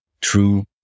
true